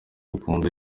bakuze